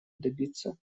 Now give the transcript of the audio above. добиться